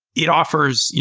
it offers,